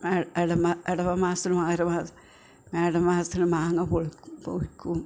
ഇടവ മാസത്തില് മകരമാസ മേട മാസത്തില് മാങ്ങ പൊഴുക്കും